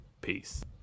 Peace